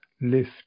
lift